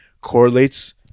correlates